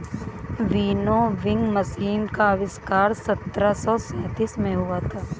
winnowing machine का आविष्कार सत्रह सौ सैंतीस में हुआ था